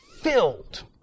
filled